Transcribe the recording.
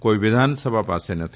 કોઈ વિધાનસભા પાસે નથી